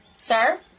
Sir